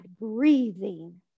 breathing